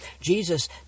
Jesus